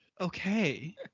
Okay